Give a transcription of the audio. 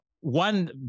One